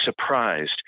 surprised